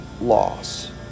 loss